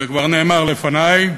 וכבר נאמר לפני: